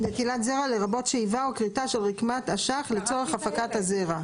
"נטילת זרע" לרבות שאיבה או כריתה של רקמת אשך לצורך הפקת הזרע,